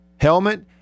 Helmet